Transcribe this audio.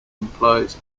implies